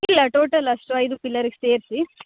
ಇಲ್ಲ ಟೋಟಲ್ ಅಷ್ಟು ಐದು ಪಿಲ್ಲರಿಗೆ ಸೇರಿಸಿ